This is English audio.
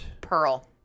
Pearl